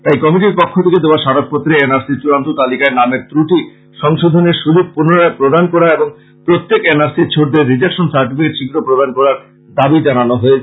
তাই কমিটির পক্ষ থেকে দেওয়া স্মারকপত্রে এন আর সির চূড়ান্ত তালিকায় নামের ত্রুটি সংশোধনের সুযোগ পুনরায় প্রদান করা এবং প্রত্যেক এন আর সি ছুটদের রিজেকশন সার্টিফিকেট শীঘ্র প্রদান করার দাবি জানানো হয়েছে